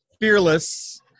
fearless